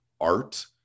art